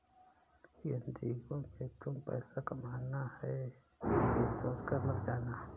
NGO में तुम पैसा कमाना है, ये सोचकर मत जाना